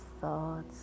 thoughts